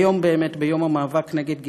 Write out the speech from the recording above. היום, ביום המאבק נגד גזענות,